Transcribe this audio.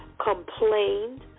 complained